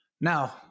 Now